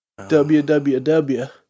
WWW